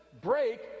break